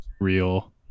real